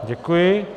Děkuji.